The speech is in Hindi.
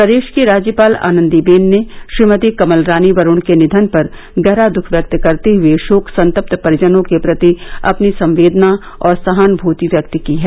प्रदेश की राज्यपाल आनंदीबेन ने श्रीमती कमल रानी वरूण के निधन पर गहरा दुःख व्यक्त करते हर शोक संतप्त परिजनों के प्रति अपनी संवेदना और सहानुभति व्यक्त की है